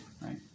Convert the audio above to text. right